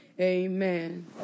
Amen